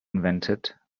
invented